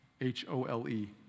H-O-L-E